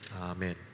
Amen